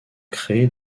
créer